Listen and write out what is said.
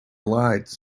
lights